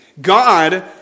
God